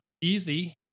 easy